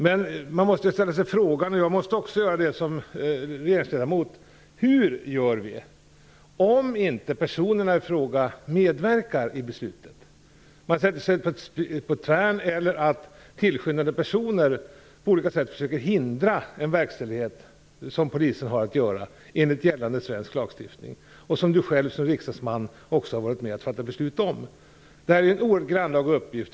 Men man måste ställa sig frågan - det måste även jag som regeringsledamot göra: Hur gör vi om personerna i fråga inte medverkar i beslutet - om de sätter sig på tvären eller om tillskyndande personer på olika sätt försöker hindra polisens verkställande enligt gällande svensk lagstiftning, vilken även Karin Pilsäter som riksdagsman har varit med att fatta beslut om? Detta är en oerhört grannlaga uppgift.